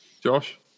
Josh